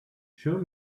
show